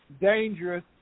dangerous